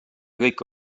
kõik